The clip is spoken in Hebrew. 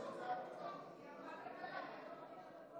היא אמרה: "כלכלה",